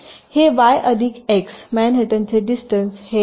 तर हे y अधिक x मॅनहॅटनचे डिस्टन्स हे एक्स प्लस y आहे